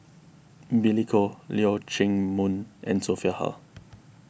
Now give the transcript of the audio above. Billy Koh Leong Chee Mun and Sophia Hull